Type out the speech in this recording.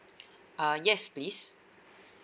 uh yes please